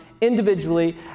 individually